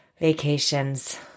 Vacations